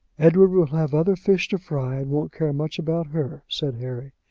edward will have other fish to fry, and won't care much about her, said harry.